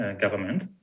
government